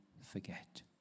forget